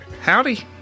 Howdy